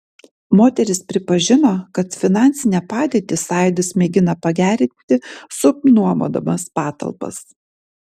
moteris pripažino kad finansinę padėtį sąjūdis mėgina pagerinti subnuomodamas patalpas